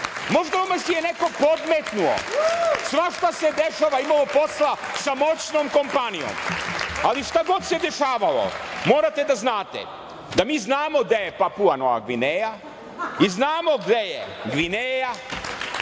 možda omaš je neko podmetnuo. Svašta se dešava, imamo posla sa moćnom kompanijom. Šta god se dešavalo morate da znate da mi znamo gde je Papua Nova Gvineja i znamo gde je Gvineja.